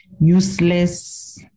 useless